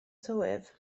tywydd